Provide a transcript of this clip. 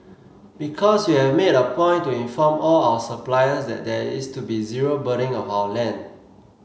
because we have made a point to inform all our suppliers that there is to be zero burning of our land